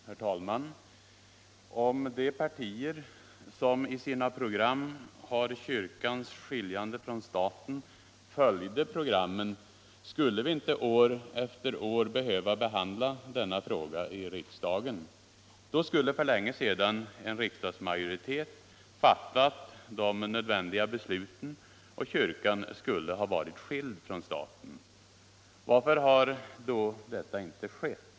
Herr talman! Om de partier som i sina program har kyrkans skiljande från staten följde programmen skulle vi inte år efter år behöva behandla denna fråga i riksdagen. Då skulle för länge sedan en riksdagsmajoritet ha fattat de nödvändiga besluten, och kyrkan skulle ha varit skild från staten. Varför har då detta inte skett?